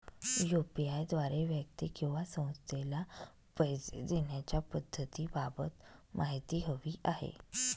UPI द्वारे व्यक्ती किंवा संस्थेला पैसे देण्याच्या पद्धतींबाबत माहिती हवी आहे